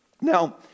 Now